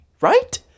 right